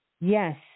Yes